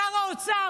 שר האוצר,